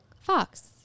Fox